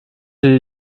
die